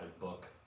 book